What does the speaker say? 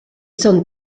són